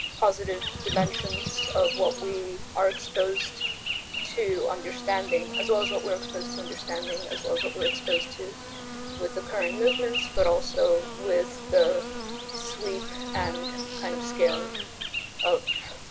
positive dimensions of what we are exposed to understanding, as well as what we are exposed to understanding and as well as what we are exposed to with the current movements but also with the sweep and kind of scale of,